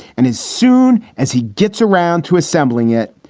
and as soon as he gets around to assembling it,